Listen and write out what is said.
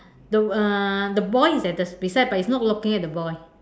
the uh the boy is at the beside but it's not looking at the boy